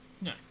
No